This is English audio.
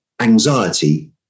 anxiety